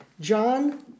John